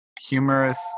humorous